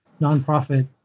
nonprofit